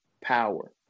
power